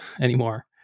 anymore